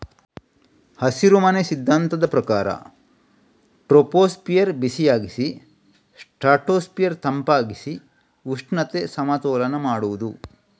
ಹಸಿರುಮನೆ ಸಿದ್ಧಾಂತದ ಪ್ರಕಾರ ಟ್ರೋಪೋಸ್ಫಿಯರ್ ಬಿಸಿಯಾಗಿಸಿ ಸ್ಟ್ರಾಟೋಸ್ಫಿಯರ್ ತಂಪಾಗಿಸಿ ಉಷ್ಣತೆ ಸಮತೋಲನ ಮಾಡುದು